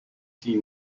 die